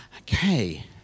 Okay